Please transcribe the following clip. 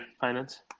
Finance